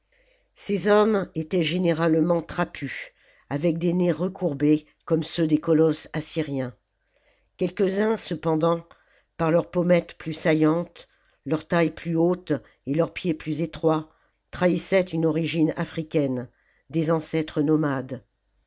ces hommes étaient généralement trapus avec des nez recourbés comme ceux des colosses assyriens quelques-uns cependant par leurs pommettes plus saillantes leur taille plus haute et leurs pieds plus étroits trahissaient une origine africaine des ancêtres nomades